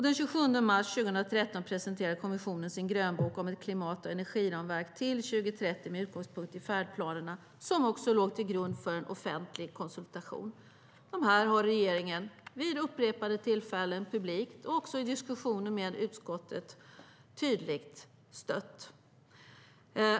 Den 27 mars 2013 presenterade kommissionen sin grönbok om ett klimat och energiramverk till 2030 med utgångspunkt i färdplanerna, som också låg till grund för en offentlig konsultation. Det här har regeringen vid upprepade tillfällen, publikt och i diskussioner med utskottet, tydligt stött.